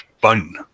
fun